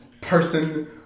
person